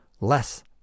less